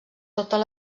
totes